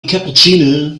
cappuccino